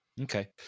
okay